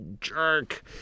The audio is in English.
jerk